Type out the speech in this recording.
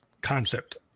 concept